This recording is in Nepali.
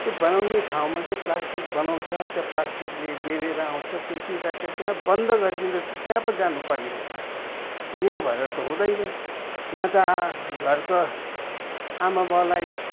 त्यो बनाउने ठाउँमा चाहिँ प्लास्टिक बनाउँछ त्यहाँ प्लास्टिकले बेरिएर आउँछ त्यो चिजलाई चाहिँ त्यहाँ बन्द गरिदिँदा त त्यहाँ पो जानुपर्ने हो त यहाँ भनेर त हुँदैन यहाँ त घरको आमाबाबुलाई